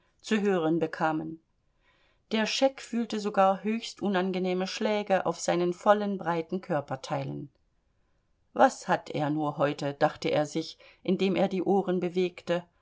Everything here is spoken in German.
zu hören bekamen der scheck fühlte sogar höchst unangenehme schläge auf seinen vollen breiten körperteilen was hat er nur heute dachte er sich indem er die ohren bewegte